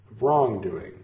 wrongdoing